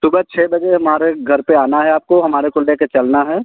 सुबह छः बजे हमारे घर पर आना है आपको हमारे को ले कर चलना है